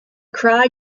cry